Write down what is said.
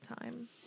time